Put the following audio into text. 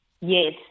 Yes